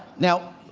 now,